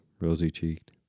rosy-cheeked